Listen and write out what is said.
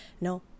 no